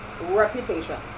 reputation